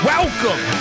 Welcome